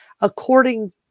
According